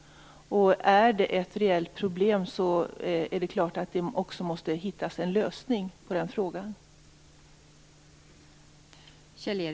Om detta är ett reellt problem är det klart att det är nödvändigt att hitta en lösning här.